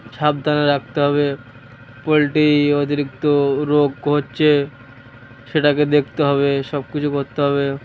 সাবধানে রাখতে হবে পোলট্রির অতিরিক্ত রোগ হচ্ছে সেটাকে দেখতে হবে সব কিছু করতে হবে